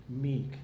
meek